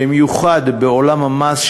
במיוחד בעולם המס,